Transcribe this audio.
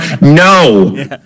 No